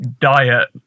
Diet